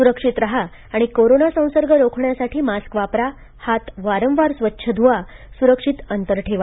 सुरक्षित राहा आणि कोरोना संसर्ग रोखण्यासाठी मास्क वापरा हात वारवार स्वच्छ धुवा सुरक्षित अंतर ठेवा